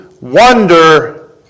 Wonder